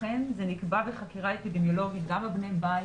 לכן זה נקבע בחקירה אפידמיולוגית, גם בני בית